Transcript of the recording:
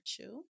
virtue